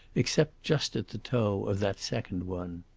except just at the toe of that second one.